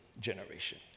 generation